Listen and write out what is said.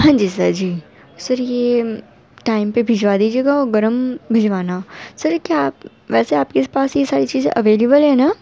ہاں جی سر جی سر یہ ٹائم پہ بھیجوا دیجیے گا اور گرم بھیجوانا سر کیا آپ ویسے آپ کے پاس یہ ساری چیزیں اویلیبل ہیں نا